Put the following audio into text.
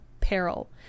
peril